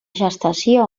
gestació